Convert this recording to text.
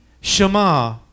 Shema